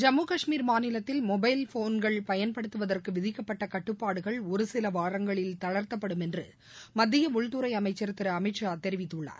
ஜம்மு காஷ்மீர் மாநிலத்தில் மொபைல் போன்கள் பயன்படுத்துவதற்கு விதிக்கப்பட்ட கட்டுப்பாடுகள் ஒருசில வாரங்களில் தளர்த்தப்படும் என்று மத்திய உள்துறை அமைச்சர் திரு அமித் ஷா தெரிவித்துள்ளார்